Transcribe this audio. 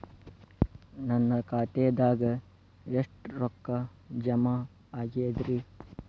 ನನ್ನ ಖಾತೆದಾಗ ಎಷ್ಟ ರೊಕ್ಕಾ ಜಮಾ ಆಗೇದ್ರಿ?